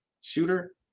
shooter